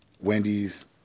Wendy's